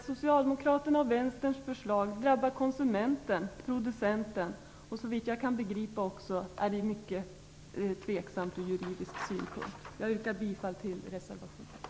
Socialdemokraternas och vänsterns förslag drabbar konsumenten och producenten. Såvitt jag förstår är det också mycket tveksamt ur juridisk synpunkt. Jag yrkar bifall till reservationen.